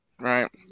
Right